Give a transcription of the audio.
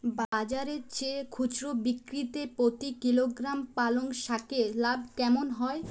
বাজারের চেয়ে খুচরো বিক্রিতে প্রতি কিলোগ্রাম পালং শাকে লাভ কেমন হয়?